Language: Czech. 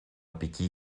pití